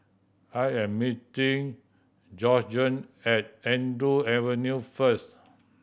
I am meeting Georgene at Andrew Avenue first